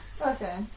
Okay